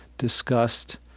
disgust,